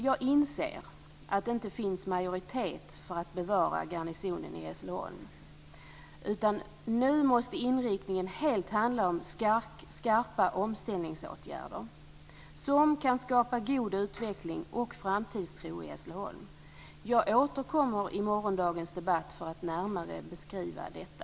Jag inser att det inte finns en majoritet för ett bevarande av garnisonen i Hässleholm, utan nu måste inriktningen helt handla om skarpa omställningsåtgärder som kan skapa en god utveckling och framtidstro i Hässleholm. Jag återkommer i morgondagens debatt för att närmare beskriva detta.